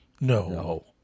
No